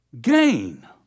gain